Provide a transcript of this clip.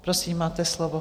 Prosím, máte slovo.